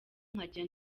nkajya